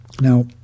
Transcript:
Now